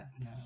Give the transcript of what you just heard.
No